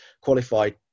qualified